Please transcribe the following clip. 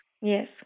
yes